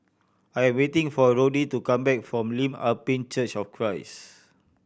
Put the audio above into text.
I am waiting for Roddy to come back from Lim Ah Pin Church of Christ